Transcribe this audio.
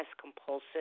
compulsive